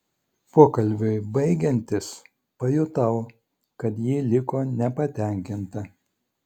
pokalbiui baigiantis pajutau kad ji liko nepatenkinta